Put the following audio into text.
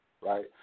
right